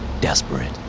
desperate